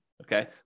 Okay